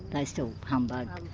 they still humbug,